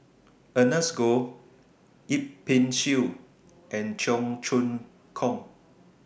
Ernest Goh Yip Pin Xiu and Cheong Choong Kong